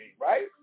Right